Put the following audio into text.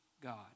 God